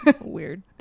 weird